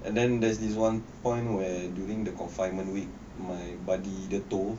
and then there's this one point where during the confinement week my buddy the toh